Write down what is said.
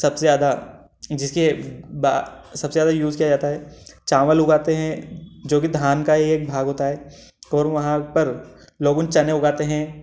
सबसे ज्यादा जिसके ब सबसे ज्यादा यूज किया जाता है चावल उगाते हैं जो की धान का एक भाग होता है और वहाँ पर लोगों चने उगाते हैं